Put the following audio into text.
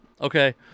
okay